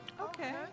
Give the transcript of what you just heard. Okay